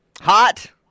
Hot